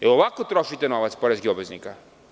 Da li ovako trošite novac poreskih obveznika?